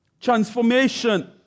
Transformation